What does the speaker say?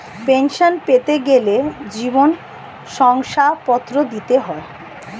pension পেতে গেলে জীবন শংসাপত্র দিতে হয়